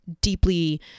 deeply